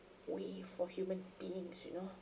we for human beings you know